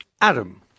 Adam